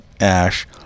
ash